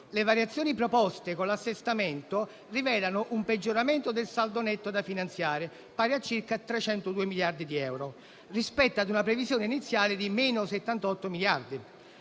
Le variazioni proposte con l'assestamento rivelano un peggioramento del saldo netto da finanziare, pari a circa 302 miliardi di euro, rispetto a una previsione iniziale di meno 78 miliardi.